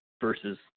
versus